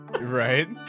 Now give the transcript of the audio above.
Right